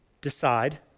decide